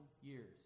years